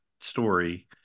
story